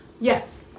Yes